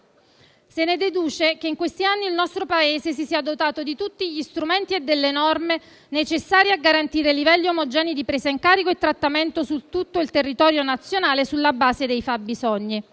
Se ne deduce che in questi anni il nostro Paese si sia dotato di tutti gli strumenti e delle norme necessari a garantire livelli omogenei di presa in carico e trattamento su tutto il territorio nazionale sulla base dei fabbisogni.